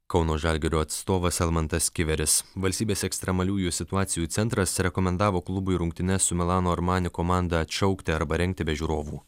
kauno žalgirio atstovas almantas kiveris valstybės ekstremaliųjų situacijų centras rekomendavo klubui rungtynes su milano armani komanda atšaukti arba rengti be žiūrovų